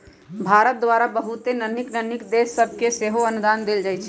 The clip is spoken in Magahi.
भारत द्वारा बहुते नन्हकि नन्हकि देश सभके सेहो अनुदान देल जाइ छइ